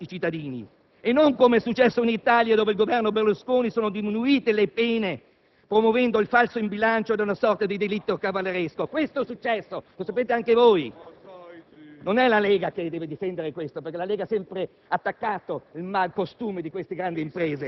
mettano in essere norme più partecipative e più severe per chi truffa i cittadini. E non come è successo in Italia dove, con il Governo Berlusconi, sono diminuite le pene, promuovendo il falso in bilancio ad una sorta di delitto cavalleresco. *(Commenti dal Gruppo LNP).* Questo è successo! Lo sapete anche voi.